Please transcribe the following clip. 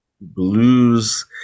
Blues